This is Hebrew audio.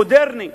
מודרני,